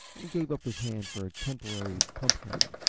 and gave up his hand for a temporary pump handle.